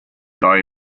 die